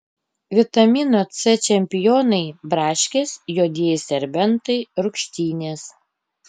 vitamino c čempionai braškės juodieji serbentai rūgštynės